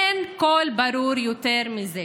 אין קול ברור יותר מזה.